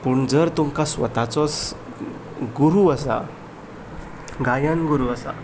पूण जर तुमकां स्वताचो गुरू आसा गायन गुरू आसा